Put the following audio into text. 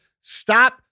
Stop